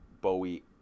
Bowie